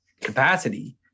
capacity